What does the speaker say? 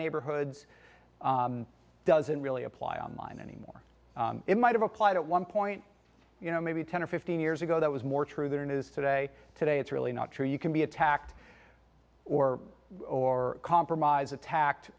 neighborhoods doesn't really apply online anymore it might have applied at one point you know maybe ten or fifteen years ago that was more true than it is today today it's really not true you can be attacked or or compromise attacked